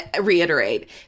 reiterate